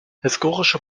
historische